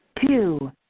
Two